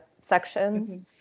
sections